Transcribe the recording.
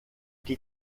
die